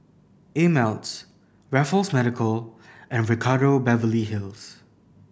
Ameltz Raffles Medical and Ricardo Beverly Hills